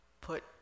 put